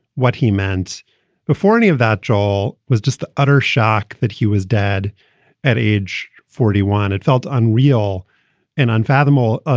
what he meant before any of that, joel, was just the utter shock that he was dad at age forty one. it felt unreal and unfathomable. ah